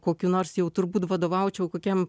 kokiu nors jau turbūt vadovaučiau kokiam